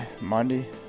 monday